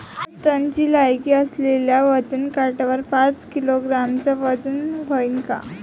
पन्नास टनची लायकी असलेल्या वजन काट्यावर पाच किलोग्रॅमचं वजन व्हईन का?